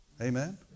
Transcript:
Amen